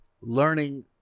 learning